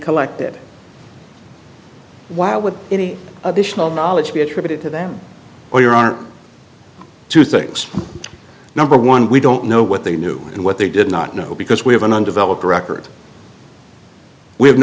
collected why would any additional knowledge be attributed to them or your art two things number one we don't know what they knew and what they did not know because we have an undeveloped record we have